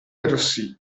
arrossì